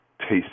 taste